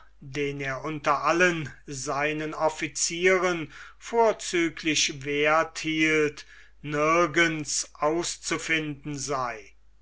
den er unter allen seinen officieren vorzüglich werth hielt nirgends auszufinden sei